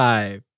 Five